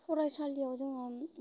फरायसालियाव जोङो